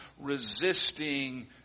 resisting